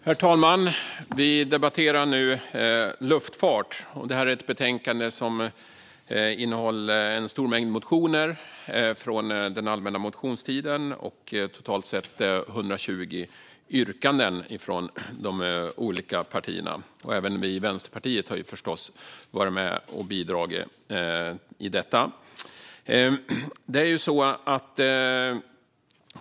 Herr talman! Vi debatterar nu luftfart. Detta är ett betänkande som innehåller en stor mängd motioner från den allmänna motionstiden och totalt sett 120 yrkanden från de olika partierna. Även vi i Vänsterpartiet har förstås varit med och bidragit i detta.